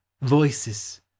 Voices